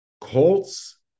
Colts